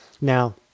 Now